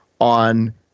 on –